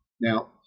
Now